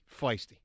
feisty